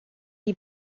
die